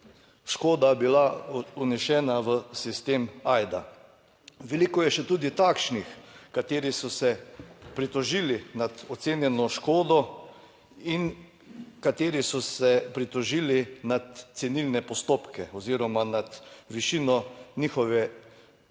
škoda bila vnesena v sistem AJDA. Veliko je še tudi takšnih, kateri so se pritožili nad ocenjeno škodo in kateri so se pritožili nad cenilne postopke oziroma nad višino njihove